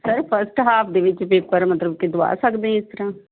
sir first half ਦੇ ਵਿੱਚ paper ਮਤਲਬ ਕਿ ਦਬਾ ਸਕਦੇ ਇਸ ਤਰਾਂ